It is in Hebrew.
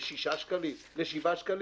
ל-6 שקלים, ל-7 שקלים.